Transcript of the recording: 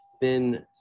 thin